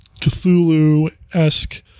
Cthulhu-esque